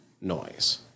noise